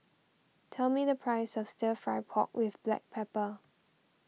tell me the price of Stir Fry Pork with Black Pepper